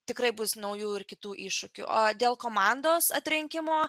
tikrai bus naujų ir kitų iššūkių o dėl komandos atrinkimo